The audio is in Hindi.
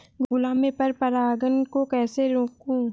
गुलाब में पर परागन को कैसे रोकुं?